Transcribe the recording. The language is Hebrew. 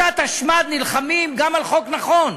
בשעת השמד נלחמים גם על חוק נכון.